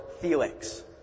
Felix